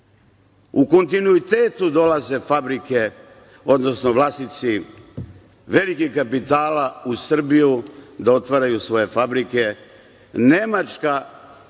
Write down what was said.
U kontinuitetu dolaze fabrike, odnosno vlasnici velikih kapitala u Srbiji da otvaraju svoje fabrike. Nemačka